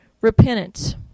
repentance